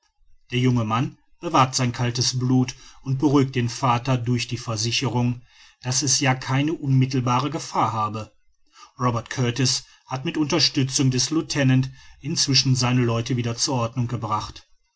der junge mann bewahrt sein kaltes blut und beruhigt den vater durch die versicherung daß es ja keine unmittelbare gefahr habe robert kurtis hat mit unterstützung des lieutenants inzwischen seine leute wieder zur ordnung gebracht